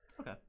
Okay